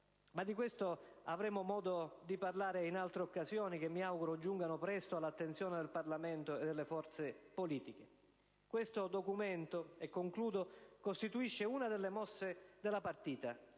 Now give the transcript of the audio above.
ma di questo avremo modo di parlare in altre occasioni, che mi auguro giungano presto all'attenzione del Parlamento e delle forze politiche. Questo DEF, e concludo, costituisce una delle mosse della partita.